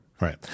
Right